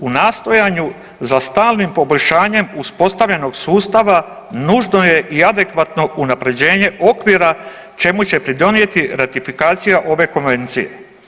U nastojanju za stalnim poboljšanjem uspostavljenog sustava nužno je i adekvatno unapređenje okvira čemu će pridonijeti ratifikacija ove Konvencije.